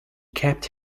kept